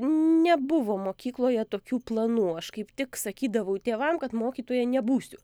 nebuvo mokykloje tokių planų aš kaip tik sakydavau tėvam kad mokytoja nebūsiu